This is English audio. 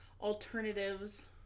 alternatives